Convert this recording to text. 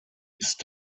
ist